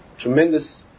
tremendous